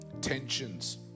tensions